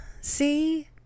see